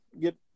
get